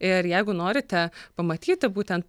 ir jeigu norite pamatyti būten